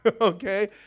okay